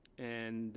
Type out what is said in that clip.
and